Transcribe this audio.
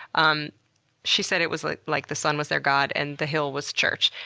um she said it was like like the sun was their god and the hill was church.